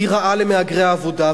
היא רעה למהגרי העבודה.